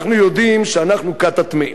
אנחנו יודעים שאנחנו כת הטמאים,